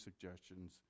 suggestions